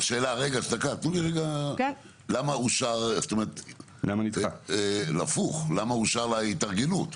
למה אושרה לה התארגנות?